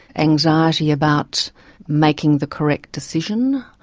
anxiety about making the correct decision,